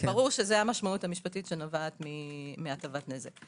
ברור שזו המשמעות המשפטית שנובעת מהטבת נזק.